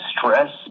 stress